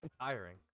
Tiring